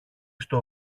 στο